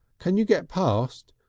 can you get past?